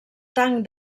tanc